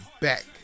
back